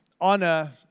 honor